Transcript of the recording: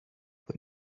but